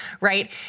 right